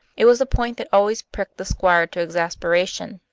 it was a point that always pricked the squire to exasperation,